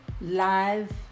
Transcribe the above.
live